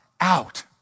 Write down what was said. out